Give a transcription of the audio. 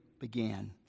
began